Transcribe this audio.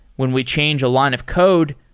when we change a line of code,